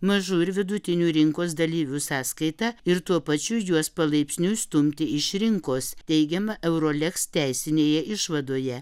mažų ir vidutinių rinkos dalyvių sąskaita ir tuo pačiu juos palaipsniui stumti iš rinkos teigiama euroleks teisinėje išvadoje